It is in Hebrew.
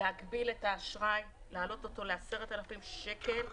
להגביל את האשראי, להעלות אותו ל-10,000 שקלים,